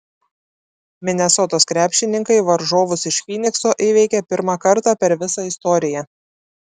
minesotos krepšininkai varžovus iš fynikso įveikė pirmą kartą per visą istoriją